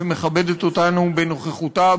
שמכבדת אותנו בנוכחותה,